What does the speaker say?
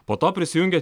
po to prisijungė